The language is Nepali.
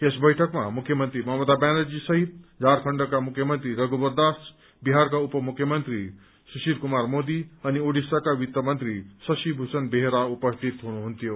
यस बैठकमा मुख्यमन्त्री ममता ब्यानर्जी सहित झारखण्डका मुख्यमन्त्री रघुवर दास बिहारका उप मुख्यमन्त्री सुशली कुमार मोदी अनि उडिस्साका वित्त मन्त्री शशी भूषण बेहेरा उपस्थित हुनुहुन्थ्यो